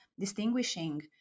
distinguishing